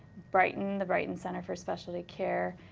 brighton, the brighton center for specialty care.